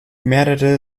mehrere